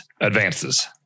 advances